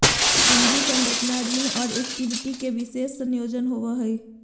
पूंजी संरचना ऋण और इक्विटी के विशेष संयोजन होवो हइ